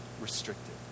restricted